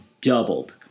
doubled